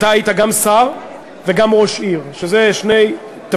אתה היית גם שר וגם ראש עיר, אלו לא שני תפקידים